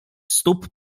stóp